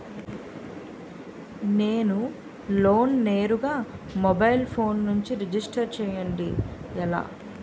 నేను లోన్ నేరుగా mobile phone నుంచి రిజిస్టర్ చేయండి ఎలా?